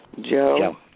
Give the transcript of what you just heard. Joe